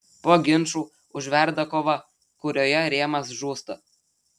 po ginčų užverda kova kurioje rėmas žūsta